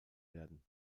werden